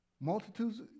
Multitudes